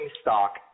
stock